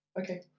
Okay